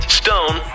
stone